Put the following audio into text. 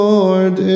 Lord